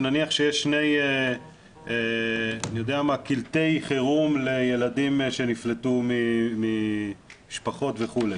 נניח שיש שני קלטי חירום לילדים שנפלטו ממשפחות וכו',